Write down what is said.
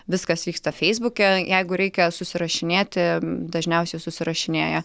viskas vyksta feisbuke jeigu reikia susirašinėti dažniausiai susirašinėja